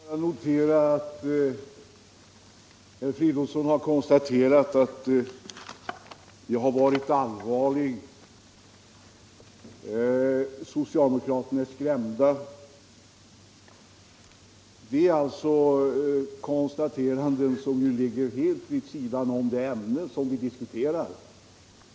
Herr talman! Jag noterar att herr Fridolfsson konstaterar att jag har varit allvarlig. Detta är ett konstaterande som ligger helt vid sidan om det ämne vi diskuterar.